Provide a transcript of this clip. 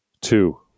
two